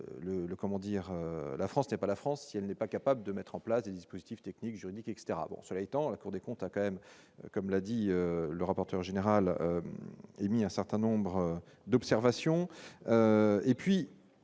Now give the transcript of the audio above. la France n'est pas la France, si elle n'est pas capable de mettre en place des dispositifs techniques, juridiques, etc, bon, cela étant, la Cour des comptes a quand même, comme l'a dit le rapporteur général émis un certain nombre d'observations et puis